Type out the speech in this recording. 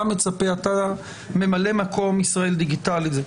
אתה ממלא-מקום ישראל דיגיטלית,